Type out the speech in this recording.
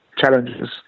challenges